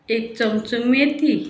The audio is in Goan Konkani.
एक चमचो मेथी